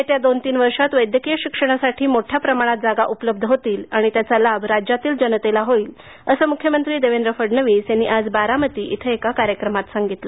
येत्या दोन तीन वर्षात वैद्यकीय शिक्षणासाठी मोठ्या प्रमाणात जागा उपलब्ध होतील त्याचा लाभ राज्यातील जनतेला होईल असं मुख्यमंत्री देवेंद्र फडणवीस यांनी आज बारामती इथं एका कार्यक्रमात सांगितलं